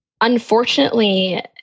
unfortunately